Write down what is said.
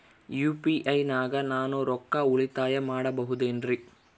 UPI ನಾಗ ನಾನು ರೊಕ್ಕ ಉಳಿತಾಯ ಮಾಡಬಹುದೇನ್ರಿ?